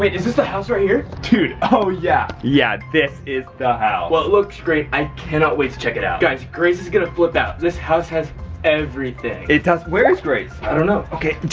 is this the house right here? dude, oh yeah. yeah, this is the house. well, it looks great. i cannot wait to check it out. guys, grace is gonna flip out. this house has everything. it does, where is grace? i don't know. okay,